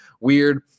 weird